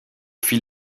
fil